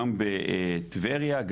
גם בטבריה,